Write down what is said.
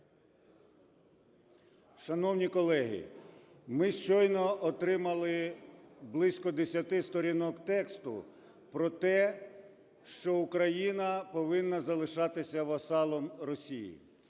Шановні колеги, ми щойно отримали близько 10 сторінок тексту про те, що Україна повинна залишатися васалом Росії.